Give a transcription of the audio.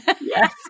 Yes